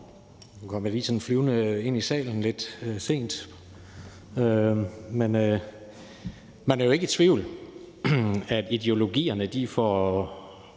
Nu kom jeg lige sådan flyvende ind i salen lidt sent, men man er jo ikke i tvivl om, at ideologierne folder